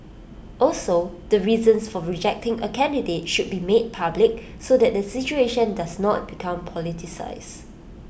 also the reasons for rejecting A candidate should be made public so that the situation does not become politicised